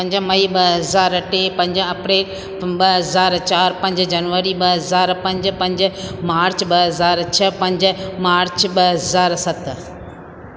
पंज मई ॿ हज़ार टे पंज अप्रेल ॿ हज़ार चारि पंज जनवरी ॿ हज़ार पंज पंज मार्च ॿ हज़ार छह पंज मार्च ॿ हज़ार सत